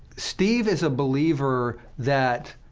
steve is a believer that